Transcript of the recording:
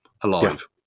alive